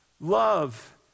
Love